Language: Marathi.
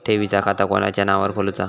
ठेवीचा खाता कोणाच्या नावार खोलूचा?